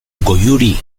goiuri